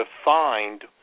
defined